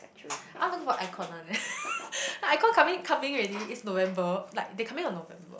I want to for iKon [one] eh iKon coming coming already it's November like they coming on November